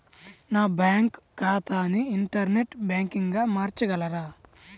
నా బ్యాంక్ ఖాతాని ఇంటర్నెట్ బ్యాంకింగ్గా మార్చగలరా?